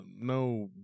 no